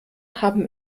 haben